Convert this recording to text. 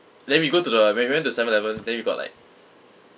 then we go to the when we went to seven eleven then we got like